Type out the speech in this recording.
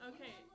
Okay